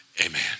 amen